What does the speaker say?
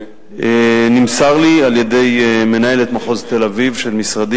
נמסר לי על-ידי מנהלת מחוז תל-אביב של משרדי,